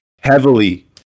heavily